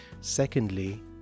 Secondly